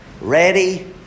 ready